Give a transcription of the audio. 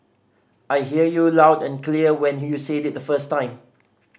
I hear you loud and clear when you said it the first time